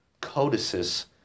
codices